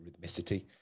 rhythmicity